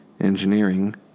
engineering